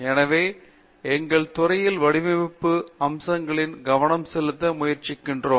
எனவே எங்கள் துறையில் வடிவமைப்பு அம்சங்களில் கவனம் செலுத்த முயற்சிக்கிறோம்